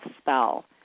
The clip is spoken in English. spell